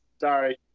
sorry